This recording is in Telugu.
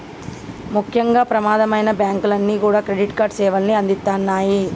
ముఖ్యంగా ప్రమాదమైనా బ్యేంకులన్నీ కూడా క్రెడిట్ కార్డు సేవల్ని అందిత్తన్నాయి